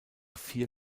vier